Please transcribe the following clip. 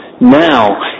now